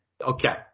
Okay